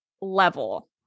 level